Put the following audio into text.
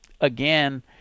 again